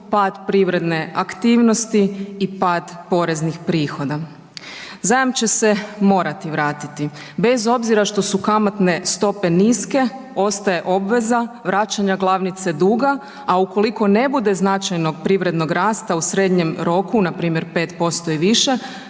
pad privredne aktivnosti i pad poreznih prihoda? Zajam će se morati vratiti bez obzira što su kamatne stope niske ostaje obveza vraćanja glavnice duga, a ukoliko ne bude značajnog privrednog rasta u srednjem roku npr. 5% i više,